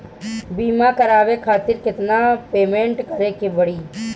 बीमा करावे खातिर केतना पेमेंट करे के पड़ी?